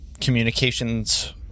communications